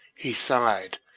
he sighed,